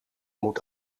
moet